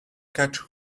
catch